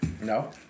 No